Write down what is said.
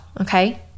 okay